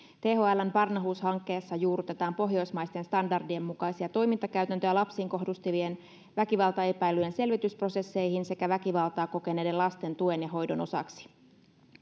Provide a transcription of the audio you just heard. thln barnahus hankkeessa juurrutetaan pohjoismaisten standardien mukaisia toimintakäytäntöjä lapsiin kohdistuvien väkivaltaepäilyjen selvitysprosesseihin sekä väkivaltaa kokeneiden lasten tuen ja hoidon osaksi